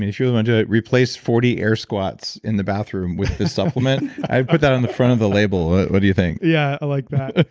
mean, if you really want to replace forty air squats in the bathroom with this supplement, i'd put that on the front of the label. ah what do you think? yeah, i like that.